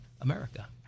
America